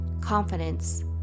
confidence